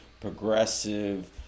progressive